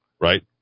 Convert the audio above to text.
Right